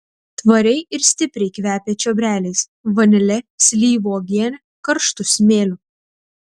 tvariai ir stipriai kvepia čiobreliais vanile slyvų uogiene karštu smėliu